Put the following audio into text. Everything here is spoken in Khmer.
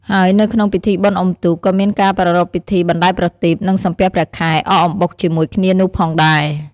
ហើយនៅក្នុងពិធីបុណ្យអ៊ំុទូក ក៏មានការប្រារព្ធពិធី បណ្តែតប្រទីប និងសំពះព្រះខែ អកអំបុកជាមួយគ្នានោះផងដែរ។